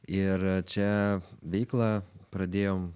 ir čia veiklą pradėjom